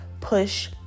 push